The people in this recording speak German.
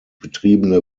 betriebene